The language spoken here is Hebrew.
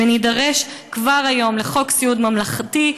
ונידרש כבר היום לחוק סיעוד ממלכתי,